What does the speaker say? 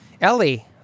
Ellie